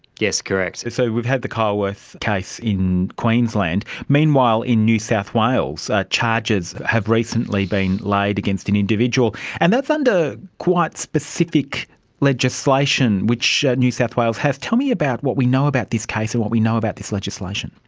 yes, correct. so we've had the kyle wirth case in queensland. meanwhile in new south wales charges have recently been laid against an individual, and that's under quite specific legislation which new south wales has. tell me about what we know about this case and what we know about this legislation.